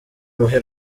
muhe